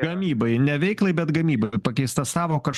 gamybai ne veiklai bet gamybai pakeista sąvoka aš